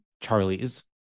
charlie's